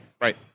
Right